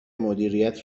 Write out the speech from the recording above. مدیریت